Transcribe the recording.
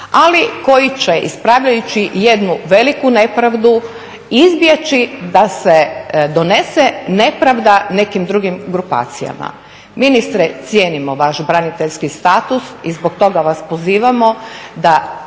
Ali koji će ispravljajući jednu veliku nepravdu izbjeći da se donese nepravda nekim drugim grupacijama. Ministre cijenimo vaš braniteljski status i zbog toga vas pozivamo da